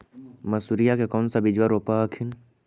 मसुरिया के कौन सा बिजबा रोप हखिन?